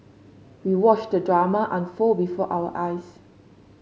we watched the drama unfold before our eyes